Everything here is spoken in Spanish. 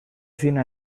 cine